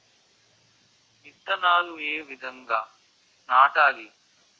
విత్తనాలు ఏ విధంగా నాటాలి?